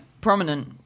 prominent